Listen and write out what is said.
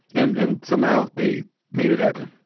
and and somehow they made it happen.